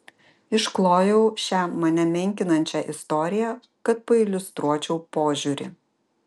išklojau šią mane menkinančią istoriją kad pailiustruočiau požiūrį